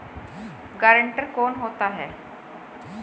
Guarantor कौन होता है?